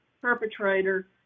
perpetrator